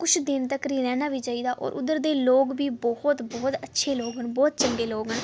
किश दिन तक्कर गै रौह्ना बी चाहिदा और उद्धर दे लोक बी बहुत बहुत अच्छे लोक न बहुत चंगे लोक न